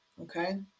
okay